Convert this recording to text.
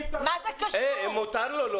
אי אפשר לשחק --- די, מה זה קשור עכשיו?